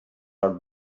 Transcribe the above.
are